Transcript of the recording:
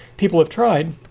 people have tried.